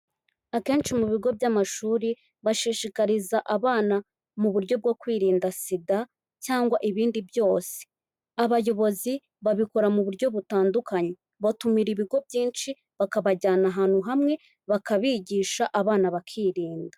Akenshi mu bigo by'amashuri, bashishikariza abana mu buryo bwo kwirinda SIDA cyangwa ibindi byose. Abayobozi babikora mu buryo butandukanye. Batumira ibigo byinshi bakabajyana ahantu hamwe bakabigisha abana bakirinda.